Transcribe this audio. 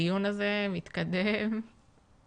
אני חושב שחשיבות הדיון הזה היא גם בהתחשב בכך שאנחנו מודעים